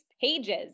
pages